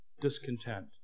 discontent